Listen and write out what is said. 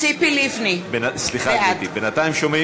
ציפי לבני, בעד אורלי לוי